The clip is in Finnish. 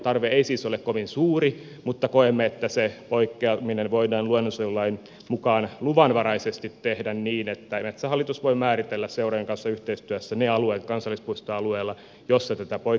poikkeamistarve ei siis ole kovin suuri mutta koemme että poikkeaminen voidaan luonnonsuojelulain mukaan tehdä luvanvaraisesti niin että metsähallitus voi määritellä seurojen kanssa yhteistyössä ne alueet kansallispuistoalueella joilla tätä poikkeamista voi tehdä